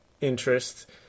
interest